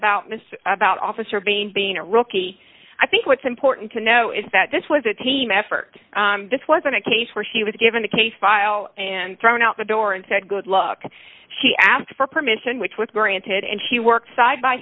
miss about officer being being a rookie i think what's important to know is that this was a team effort this wasn't a case where she was given a case file and thrown out the door and said good luck she asked for permission which was granted and she worked side by